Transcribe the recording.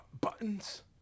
Buttons